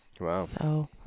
Wow